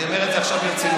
אני אומר את זה עכשיו ברצינות.